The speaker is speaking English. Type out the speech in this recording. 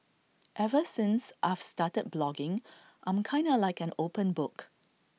ever since I've started blogging I'm kinda like an open book